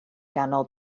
ganol